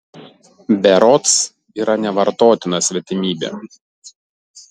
berods yra nevartotina svetimybė